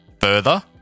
Further